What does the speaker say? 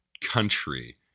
country